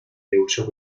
rehusó